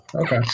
okay